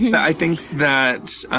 yeah i think that